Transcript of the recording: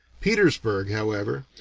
petersburg, however,